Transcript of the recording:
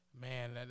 Man